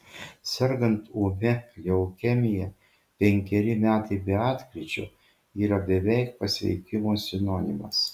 sergant ūmia leukemija penkeri metai be atkryčio yra beveik pasveikimo sinonimas